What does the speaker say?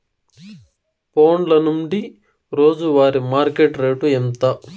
ఫోన్ల నుండి రోజు వారి మార్కెట్ రేటు ఎంత?